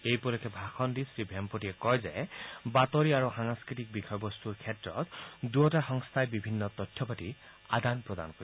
এই উপলক্ষে ভাষণ দি শ্ৰীভেমপতিয়ে কয় যে বাতৰি আৰু সাংস্কৃতিক বিষয়বস্তৰ ক্ষেত্ৰত দুয়োটা সংস্থাই বিভিন্ন তথ্যপাতি আদান প্ৰদান কৰিব